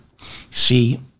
See